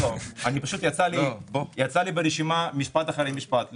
יצא לי ברשימה משפט אחר משפט.